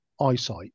eyesight